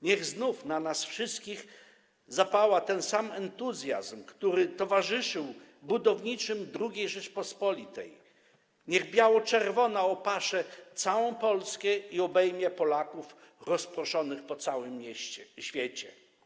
Niech znów w nas wszystkich zapała ten sam entuzjazm, który towarzyszył budowniczym II Rzeczypospolitej, niech biało-czerwona opasze całą Polskę i obejmie Polaków rozproszonych po całym świecie.